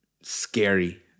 scary